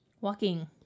Walking